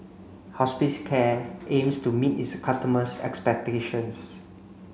Hospicare aims to meet its customers' expectations